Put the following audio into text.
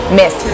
miss